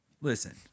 Listen